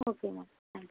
okay ma'am thank you